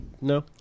No